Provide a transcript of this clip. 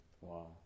Wow